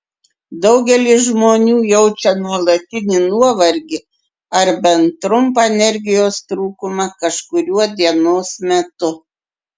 daugelis žmonių jaučia nuolatinį nuovargį arba bent trumpą energijos trūkumą kažkuriuo dienos metu